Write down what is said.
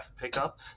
pickup